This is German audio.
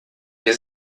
der